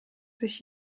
sich